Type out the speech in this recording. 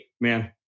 man